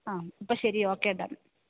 ആ അപ്പം ശരി ഓക്കേ ഡൺ